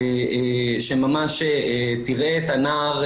שממש תראה את הנער,